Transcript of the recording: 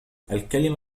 الكلمة